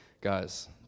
guys